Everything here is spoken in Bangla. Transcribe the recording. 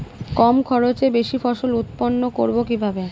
কম খরচে বেশি ফসল উৎপন্ন করব কিভাবে?